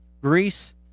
Greece